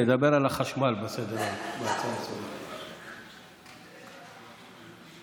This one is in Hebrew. נדבר על החשמל בהצעה לסדר-היום הזאת.